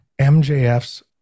MJF's